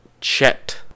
Chet